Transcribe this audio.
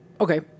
okay